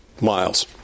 miles